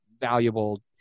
valuable